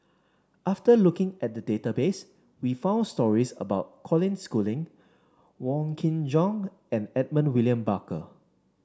after looking at the database we found stories about Colin Schooling Wong Kin Jong and Edmund William Barker